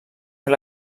fer